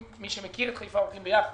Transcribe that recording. מי שמכיר את חיפה, הכול הולך יחד